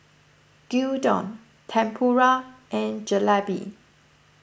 Gyudon Tempura and Jalebi